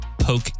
poke